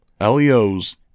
LEOs